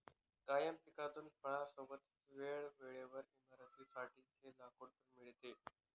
कायम पिकातून फळां सोबतच वेळे वेळेवर इमारतीं साठी चे लाकूड पण मिळते